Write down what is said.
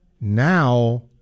Now